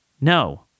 No